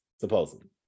supposedly